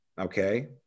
Okay